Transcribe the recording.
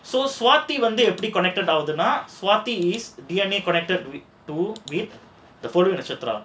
so Swathi வந்து எப்படி:swathi vandhu epdi connected ஆகுதுன்னா:aguthunaa connected நட்சத்திரம்:natchathiram